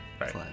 Right